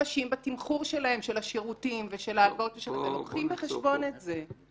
אנשים בתמחור שלהם של השירותים ושל ההלוואות מביאים בחשבון את זה,